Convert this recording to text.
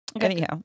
anyhow